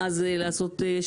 ואז לעשות,